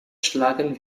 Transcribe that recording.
schlagen